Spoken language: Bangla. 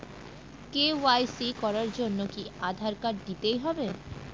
কে.ওয়াই.সি করার জন্য কি আধার কার্ড দিতেই হবে?